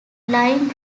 line